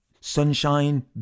sunshine